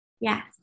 Yes